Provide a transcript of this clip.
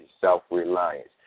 self-reliance